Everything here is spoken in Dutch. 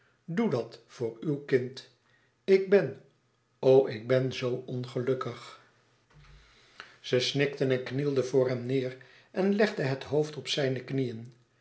doe dat voor uw kind ik ben o ik ben zoo ongelukkig zij snikte en knielde voor hem neer en legde het hoofd op zijne knieën